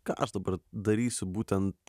ką aš dabar darysiu būtent